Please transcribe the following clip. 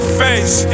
face